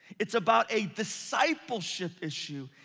it's about a discipleship issue.